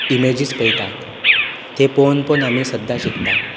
गुगलाचेर आमी इमेजीस पळयतात ते पळोवन पळोवन आमी सद्दा शिकतात